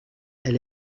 elle